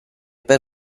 per